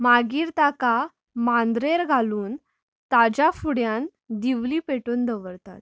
मागीर ताका मांद्रेर घालून ताज्या फुड्यान दिवली पेटोवन दवरतात